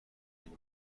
این